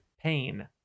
pain